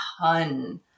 ton